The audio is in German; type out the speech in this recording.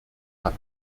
hat